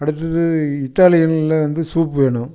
அடுத்தது இத்தாலியனில் வந்து சூப் வேணும்